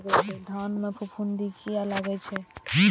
धान में फूफुंदी किया लगे छे?